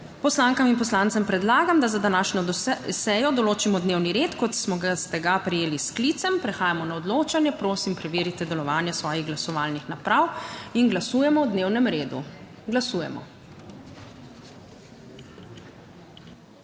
poslankam in poslancem predlagam, da za današnjo sejo določimo dnevni red, kot ste ga prejeli s sklicem. Prehajamo na odločanje; prosim, da preverite delovanje svojih glasovalnih naprav. Glasujemo. Navzočih je